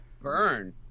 burn